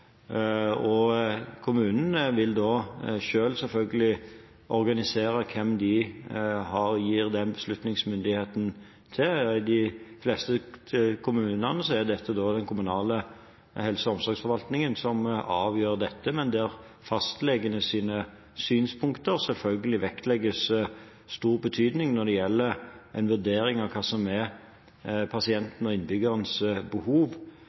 og kommunen vil da selv selvfølgelig organisere hvem de gir den beslutningsmyndigheten til. I de fleste kommunene er det den kommunale helse- og omsorgsforvaltningen som avgjør dette, men fastlegenes synspunkter tillegges selvfølgelig stor betydning når det gjelder vurdering av hva som er pasientens, innbyggerens, behov.